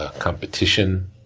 ah competition,